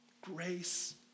Grace